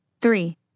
Three